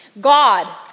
God